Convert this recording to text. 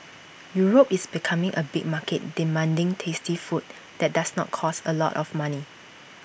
Europe is becoming A big market demanding tasty food that does not cost A lot of money